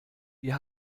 wir